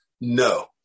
No